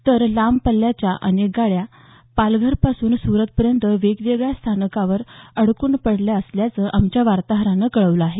तर लांब पल्ल्याच्या अनेक गाड्या पालघर पासून सुरतपर्यंत वेगवेगळ्या स्थानकावर अडकून पडल्या असल्याचं आमच्या वार्ताहारानं कळवलं आहे